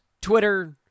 Twitter